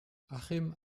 achim